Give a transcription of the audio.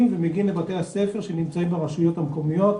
ומגיעים לבתי הספר שנמצאים ברשויות המקומיות,